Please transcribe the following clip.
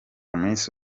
miss